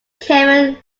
kevin